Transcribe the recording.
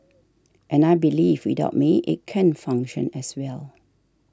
and I believe without me it can function as well